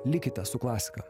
likite su klasika